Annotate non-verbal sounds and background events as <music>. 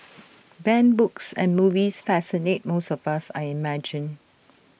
<noise> banned books and movies fascinate most of us I imagine